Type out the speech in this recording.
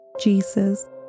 Jesus